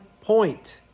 point